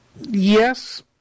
Yes